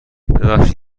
ببخشید